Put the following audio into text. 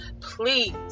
please